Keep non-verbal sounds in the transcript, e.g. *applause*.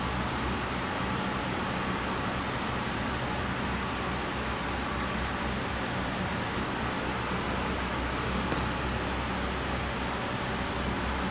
ya so like I I light the candle so it helps me like *noise* relieve it because like it's made up of like essential oil then it's supposed~ it's supposedly like supposed to help lah